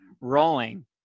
rolling